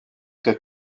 que